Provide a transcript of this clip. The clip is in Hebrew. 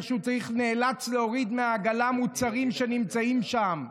איך שהוא נאלץ להוריד מהעגלה מוצרים שנמצאים שם,